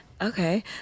Okay